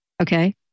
Okay